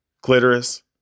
Clitoris